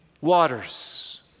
waters